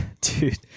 Dude